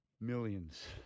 Millions